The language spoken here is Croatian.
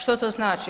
Što to znači?